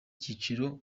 cyiciro